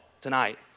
tonight